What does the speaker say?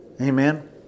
Amen